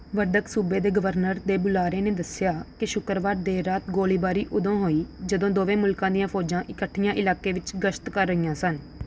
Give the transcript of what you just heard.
ਵਰਦਕ ਸੂਬੇ ਦੇ ਗਵਰਨਰ ਦੇ ਬੁਲਾਰੇ ਨੇ ਦੱਸਿਆ ਕਿ ਸ਼ੁੱਕਰਵਾਰ ਦੇਰ ਰਾਤ ਗੋਲੀਬਾਰੀ ਉਦੋਂ ਹੋਈ ਜਦੋਂ ਦੋਵੇਂ ਮੁਲਕਾਂ ਦੀਆਂ ਫੌਜਾਂ ਇਕੱਠੀਆਂ ਇਲਾਕੇ ਵਿੱਚ ਗਸ਼ਤ ਕਰ ਰਹੀਆਂ ਸਨ